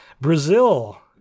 Brazil